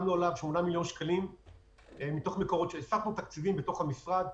שמנו עליו שמונה מיליון שקלים בהסטת תקציבים בתוך המשרד.